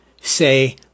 say